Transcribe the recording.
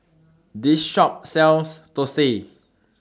This Shop sells Thosai